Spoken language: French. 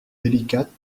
délicate